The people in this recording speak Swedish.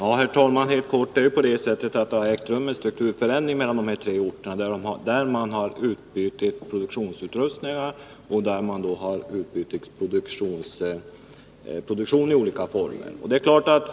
Herr talman! Det äger rum en strukturförändring vad gäller de här tre orterna. Produktionsutrustning och produktion i olika former har bytts ut.